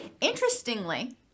interestingly